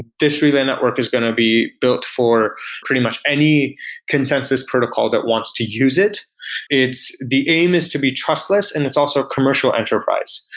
this relay network is going to be built for pretty much any consensus protocol that wants to use it the aim is to be trustless and it's also commercial enterprise.